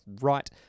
right